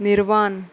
निर्वान